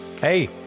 hey